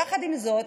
יחד עם זאת,